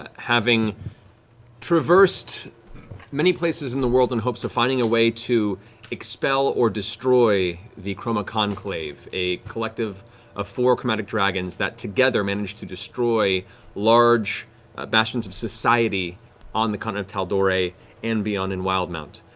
having traversed many places in the world in hopes of finding a way to expel or destroy the chroma conclave, a collective of four chromatic dragons that together managed to destroy large bastions of society on the continent kind of of tal'dorei and beyond in wildemount.